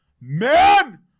Man